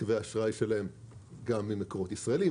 קווי האשראי שלהן גם ממקורות ישראליים,